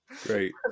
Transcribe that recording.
great